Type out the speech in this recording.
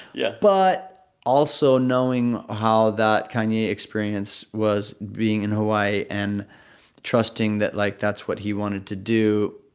yeah but also knowing how that kanye experience was being in hawaii and trusting that, like, that's what he wanted to do,